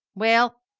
well,